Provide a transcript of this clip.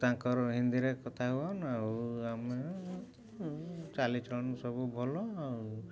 ତାଙ୍କର ହିନ୍ଦୀରେ କଥା ହୁଅନ୍ତି ଆଉ ଆମେ ଚାଲିଚଳଣ ସବୁ ଭଲ ଆଉ